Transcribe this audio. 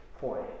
point